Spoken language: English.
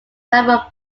driven